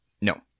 No